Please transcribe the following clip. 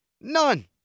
None